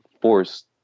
forced